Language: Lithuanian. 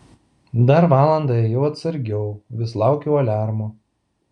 dar valandą ėjau atsargiau vis laukiau aliarmo